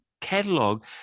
catalog